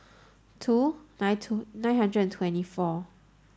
two nine two nine hundred and twenty four